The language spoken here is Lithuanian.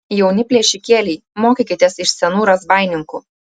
jauni plėšikėliai mokykitės iš senų razbaininkų